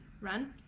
run